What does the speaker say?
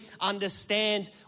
understand